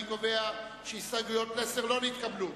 אני קובע שהסתייגויות פלסנר לא נתקבלו.